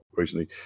recently